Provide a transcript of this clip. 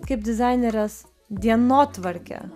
kaip dizainerės dienotvarkė